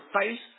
face